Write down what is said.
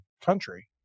country